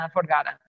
forgotten